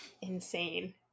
insane